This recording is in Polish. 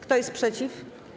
Kto jest przeciw?